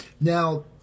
Now